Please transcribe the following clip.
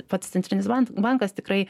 pats centrinis ban bankas tikrai